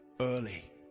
early